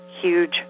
huge